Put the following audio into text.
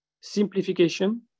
simplification